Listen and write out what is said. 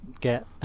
get